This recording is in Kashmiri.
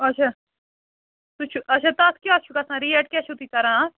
اَچھا سُہ چھُ اَچھا تَتھ کیٛاہ چھُ گژھان ریٹ کیٛاہ چھُ تُہۍ کَران اَتھ